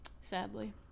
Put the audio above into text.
sadly